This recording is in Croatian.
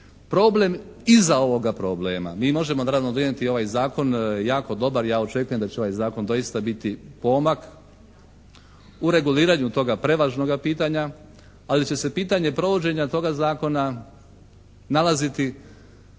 problem iza ovoga problema. Mi možemo …/Govornik se ne razumije./… ovaj Zakon jako dobar i ja očekujem da će ovaj Zakon doista biti pomak u reguliranju toga prevažnoga pitanja, ali će se pitanje provođenja toga Zakona nalaziti